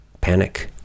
panic